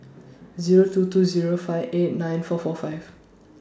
Zero two two Zero five eight nine four four five